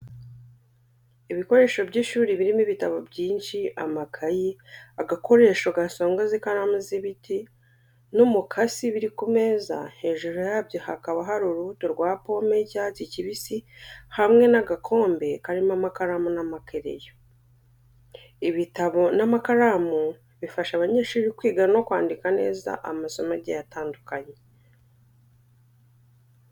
Ibikoresho by’ishuri birimo ibitabo byinshi, amakaye, agakoresho gasongoza ikaramu z'ibiti n'umukasi biri ku meza, hejuru yabyo hakaba hari urubuto rwa pome y’icyatsi kibisi hamwe n’agakombe karimo amakaramu n'amakereyo. Ibitabo n’amakaramu bifasha abanyeshuri kwiga no kwandika neza amasomo agiye atandukanye.